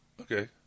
okay